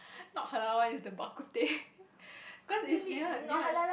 not halal one is the bak-kut-teh because is near near